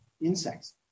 Insects